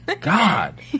God